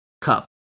Cup